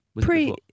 pre